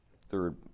third